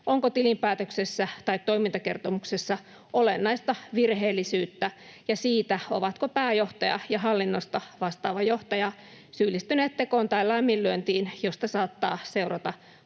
onko tilinpäätöksessä tai toimintakertomuksessa olennaista virheellisyyttä, ja siitä, ovatko pääjohtaja ja hallinnosta vastaava johtaja syyllistyneet tekoon tai laiminlyöntiin, josta saattaa seurata